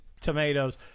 tomatoes